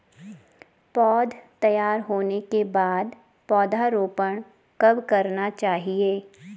पौध तैयार होने के बाद पौधा रोपण कब करना चाहिए?